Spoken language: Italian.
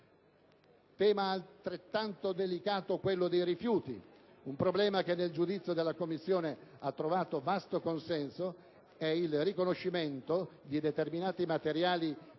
Altrettanto delicato è il tema dei rifiuti. Un problema che, nel giudizio della Commissione, ha trovato vasto consenso è il riconoscimento di determinati materiali